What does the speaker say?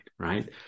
right